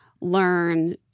learn